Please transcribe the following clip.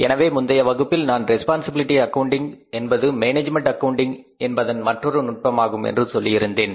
எனவே முந்தைய வகுப்பில் நான் ரெஸ்பான்சிபிலிட்டி அக்கவுண்டிங் என்பது மேனேஜ்மென்ட் அக்கவுண்டிங் என்பதன் மற்றொரு நுட்பமாகும் என்று சொல்லியிருந்தேன்